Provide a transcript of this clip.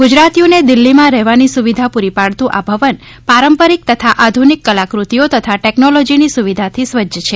ગુજરાતીઓને દિલ્હીમાં રહેવાની સુવિધા પૂરી પાડતું આ ભવન પારંપારીક તથા આધુનિક કલાકુતિઓ તથા ટેકનોલોજીની સુવિધાથી સજજ છે